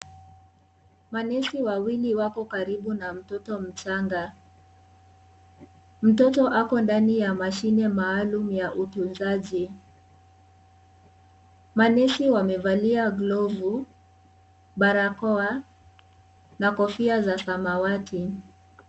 Manesi wawili wako karibu na mtoto mchanga, mtoto ako ndani ya mashine maalum ya utunzaji manesi wamevalia glovu, barakoa na kofia za samawati.